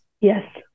Yes